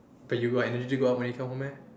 but you got energy to go out when you come home meh